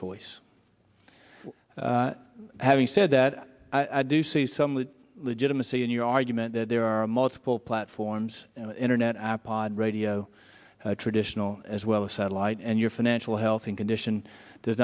choice having said that i do see some legitimacy in your argument that there are multiple platforms internet radio traditional as well as satellite and your financial health condition does